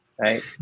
right